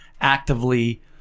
actively